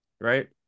right